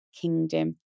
Kingdom